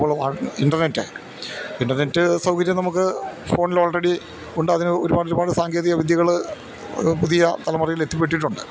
അപ്പോൾ internet internet സൗകര്യം നമുക്ക് ഫോണിൽ ഓൾറെഡി ഉണ്ടതിന് ഒരുപാട് ഒരുപാട് സാങ്കേതിക വിദ്യകള് പുതിയ തലമുറയിൽ എത്തിപ്പെട്ടിട്ടുണ്ട്